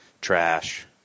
Trash